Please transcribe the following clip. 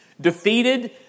defeated